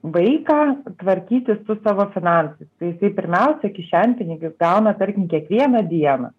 vaiką tvarkytis su savo finansais tai jisai pirmiausia kišenpinigių gauna tarkim kiekvieną dieną